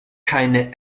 keine